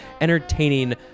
entertaining